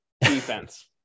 Defense